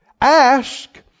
Ask